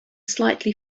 slightly